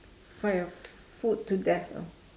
fight a food to death ah